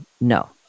No